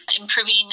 improving